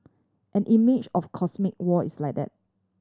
an image of cosmic war is like that